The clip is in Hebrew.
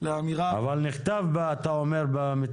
לאמירה --- אבל נכתב במתווה,